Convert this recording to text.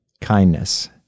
kindness